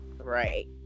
Right